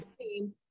team